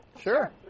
Sure